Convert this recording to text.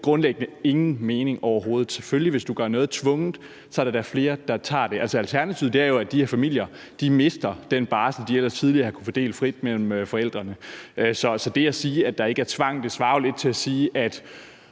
grundlæggende ingen mening overhovedet. Selvfølgelig, hvis du gør noget tvungent, er der da flere, der tager det. Alternativet er jo, at de her familier mister den barsel, de ellers tidligere har kunnet fordele frit mellem forældrene. Så det at sige, at der ikke er tvang, svarer jo lidt til at sige, at